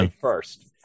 first